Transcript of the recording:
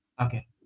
Okay